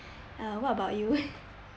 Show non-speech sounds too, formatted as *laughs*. uh what about you *laughs*